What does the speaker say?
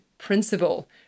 principle